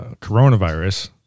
coronavirus